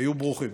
היו ברוכים.